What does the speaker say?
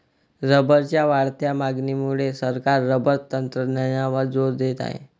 रबरच्या वाढत्या मागणीमुळे सरकार रबर तंत्रज्ञानावर जोर देत आहे